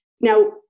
Now